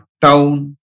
town